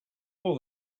all